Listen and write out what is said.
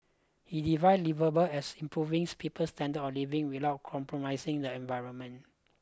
he defined liveable as improving people's standards of living without compromising the environment